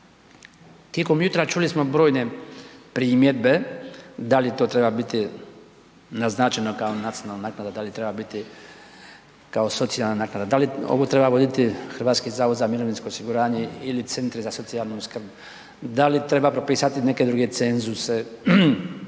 Tijekom jutra čuli smo brojne primjedbe da li to treba biti naznačeno kao nacionalna naknada, da li treba biti kao socijalna naknada, da li ovu treba voditi HZMO ili centri za socijalnu skrb, da li treba propisati neke druge cenzuse,